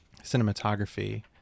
cinematography